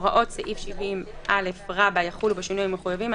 9. הוראות סעיף 70א יחולו בשינויים המחויבים,